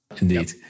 Indeed